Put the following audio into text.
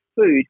food